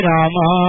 Rama